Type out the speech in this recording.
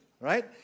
right